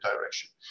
direction